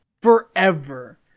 forever